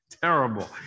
Terrible